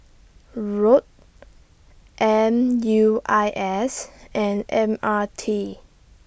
Rod M U I S and M R T